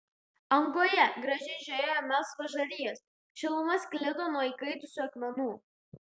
angoje gražiai žiojėjo melsvos žarijos šiluma sklido nuo įkaitusių akmenų